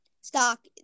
stock